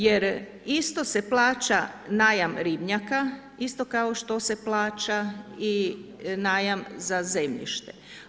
Jer isto se plaća najam ribnjaka isto kao što se plaća i najam za zemljište.